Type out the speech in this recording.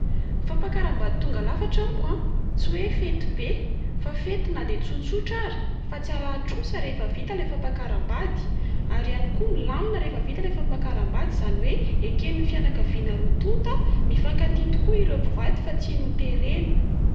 Fampakaram-bady tonga lafatra amiko a, tsy hoe fety be fa fety na dia tsotsotra ary fa ts- arahan-trosa rehefa vita ilay fampakaram-bady. Ary ihany koa milamina rehefa vita ilay fampakaram-bady izany hoe eken'ny fianakavina roa tonta a. Mifankatia tokoa ireo mpivady fa tsy noterana.